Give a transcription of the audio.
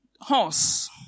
horse